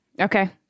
Okay